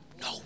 No